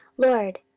lord,